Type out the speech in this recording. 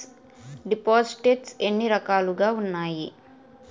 దిపోసిస్ట్స్ ఎన్ని రకాలుగా ఉన్నాయి?